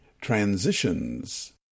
Transitions